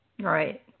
Right